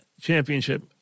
championship